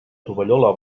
tovallola